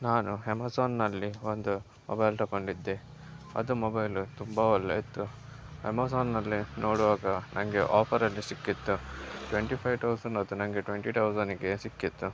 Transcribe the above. ನಾನು ಹೆಮಝಾನಿನಲ್ಲಿ ಒಂದು ಮೊಬೈಲ್ ತಗೊಂಡಿದ್ದೆ ಅದು ಮೊಬೈಲು ತುಂಬ ಒಳ್ಳೆ ಇತ್ತು ಎಮಝಾನಿನಲ್ಲಿ ನೋಡುವಾಗ ನನಗೆ ಆಫರಲ್ಲಿ ಸಿಕ್ಕಿತ್ತು ಟ್ವೆಂಟಿ ಫೈವ್ ಟೌಸಂಡಿನದು ನನಗೆ ಟ್ವೆಂಟಿ ಟೌಸಂಡಿಗೆ ಸಿಕ್ಕಿತ್ತು